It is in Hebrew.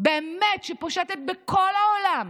שבאמת פושטת בכל העולם,